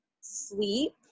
sleep